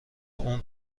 اون